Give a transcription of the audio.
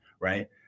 right